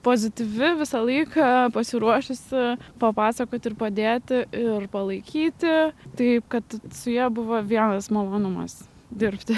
pozityvi visą laiką pasiruošusi papasakoti ir padėti ir palaikyti taip kad su ja buvo vienas malonumas dirbti